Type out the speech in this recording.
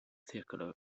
circular